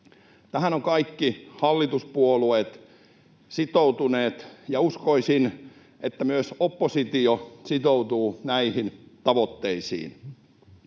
Tähän ovat kaikki hallituspuolueet sitoutuneet, ja uskoisin, että myös oppositio sitoutuu näihin tavoitteisiin.